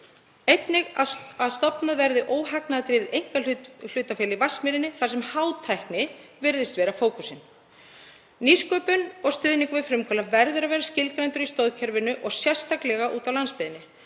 Einnig að stofnað verði óhagnaðardrifið einkahlutafélag í Vatnsmýrinni þar sem hátækni virðist vera fókusinn. Nýsköpun og stuðningur við frumkvöðla verður að vera skilgreindur í stoðkerfinu og sérstaklega á landsbyggðinni.